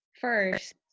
first